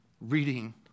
reading